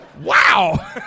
Wow